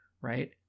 right